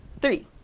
three